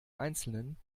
einzelnen